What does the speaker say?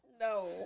No